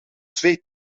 zweet